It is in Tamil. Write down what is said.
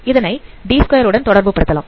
அதனை D2 உடன் தொடர்பு படுத்தலாம்